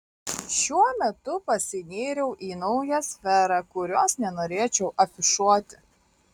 šiuo metu pasinėriau į naują sferą kurios nenorėčiau afišuoti